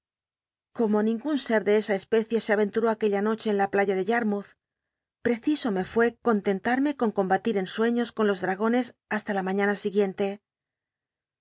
como ningún ser de esa especie se avcntln'íi aquella noche en la playa de yarmouth preciso me fué contentarme con combatir en suciíos con los dragoncs hasta la ma iíana siguiente